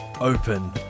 open